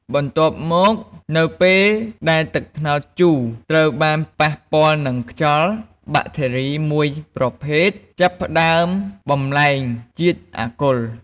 បន្ទាប់មក នៅពេលដែលទឹកត្នោតជូរត្រូវបានប៉ះពាល់នឹងខ្យល់ បាក់តេរីមួយប្រភេទចាប់ផ្ដើមបំប្លែងជាតិអាល់កុល។